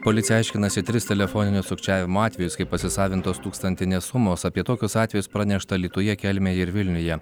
policija aiškinasi tris telefoninio sukčiavimo atvejus kai pasisavintos tūkstantinės sumos apie tokius atvejus pranešta alytuje kelmėje ir vilniuje